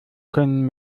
können